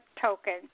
token